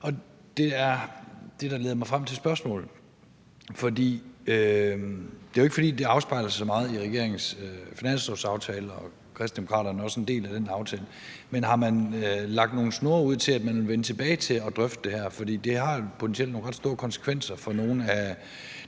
og det er det, der leder mig frem til spørgsmålet. For det er jo ikke, fordi det afspejler sig så meget i regeringens finanslovsaftale, og Kristendemokraterne er jo også en del af den aftale, men har man lagt nogle snore ud, i forhold til at man vil vende tilbage til at drøfte det her? For det har jo potentielt nogle ret store konsekvenser for nogle af